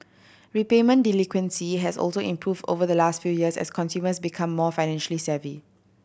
repayment delinquency has also improved over the last few years as consumers become more financially savvy